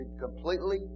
completely